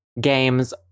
games